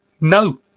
No